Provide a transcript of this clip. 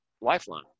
lifeline